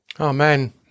Amen